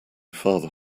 father